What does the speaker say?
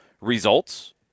results